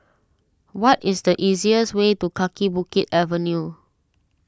what is the easiest way to Kaki Bukit Avenue